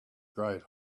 great